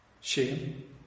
Shame